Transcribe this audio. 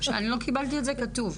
אני לא קיבלתי את זה כתוב.